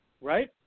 right